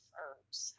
herbs